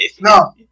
No